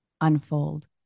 unfold